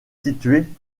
située